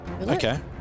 Okay